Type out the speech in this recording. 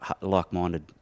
like-minded